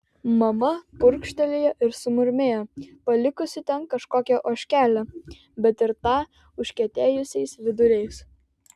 mama purkštelėjo ir sumurmėjo palikusi ten kažkokią ožkelę bet ir tą užkietėjusiais viduriais